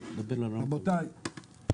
רבותי,